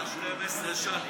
אתה אמרת: 12 שנים,